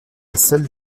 seule